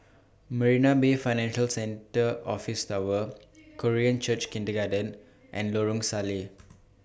Marina Bay Financial Centre Office Tower Korean Church Kindergarten and Lorong Salleh